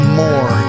more